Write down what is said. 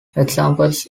examples